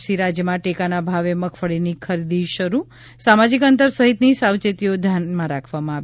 આજથી રાજ્યમાં ટેકાના ભાવે મગફળીની ખરીદી શરૂ સામાજીક અંતર સહિતની સાવચેતીઓ ધ્યાનમાં રાખવામાં આવી